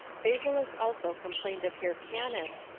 phasaelus also complained of hyrcanus,